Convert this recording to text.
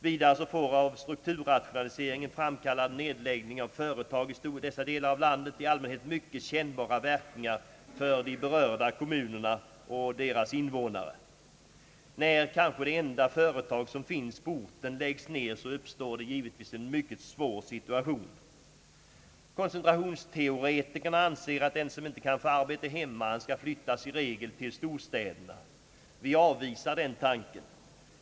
Vidare får av strukturrationaliseringen framkallad nedläggning av före tag i dessa delar av landet i allmänhet mycket kännbara verkningar för berörda kommuner och deras invånare. När kanske det enda företag som finns på orten läggs ner uppstår givetvis en svår situation. — Koncentrationsteoretikerna anser att den som inte kan få arbete hemma skall flytta, i regel till storstäderna. Vi avvisar den tanken.